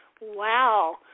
Wow